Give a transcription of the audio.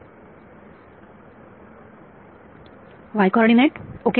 y coordinate okay